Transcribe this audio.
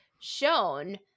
shown